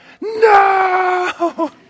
no